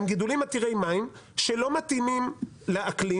הם מגדלים גידולי מים שלא מתאימים לאקלים,